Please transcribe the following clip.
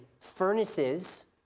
furnaces